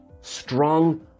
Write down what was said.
strong